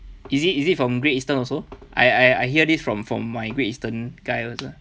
is it is it from great eastern also I I hear this from from my great eastern guy also